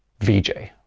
vijay